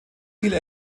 viele